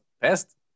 best